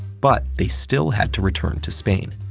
but they still had to return to spain.